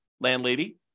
landlady